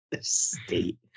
state